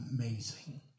amazing